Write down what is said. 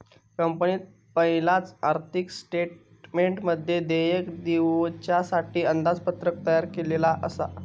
कंपनीन पयलाच आर्थिक स्टेटमेंटमध्ये देयक दिवच्यासाठी अंदाजपत्रक तयार केल्लला आसा